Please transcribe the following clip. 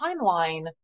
timeline